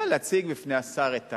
באים להציג בפני השר את,